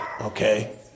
okay